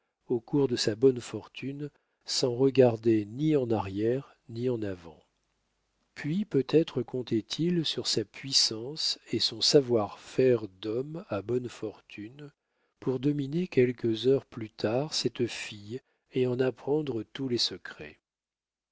au cours de sa bonne fortune sans regarder ni en arrière ni en avant puis peut-être comptait-il sur sa puissance et sur son savoir-faire d'homme à bonnes fortunes pour dominer quelques heures plus tard cette fille et en apprendre tous les secrets